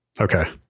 Okay